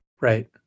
Right